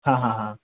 हाँ हाँ हाँ